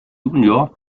junior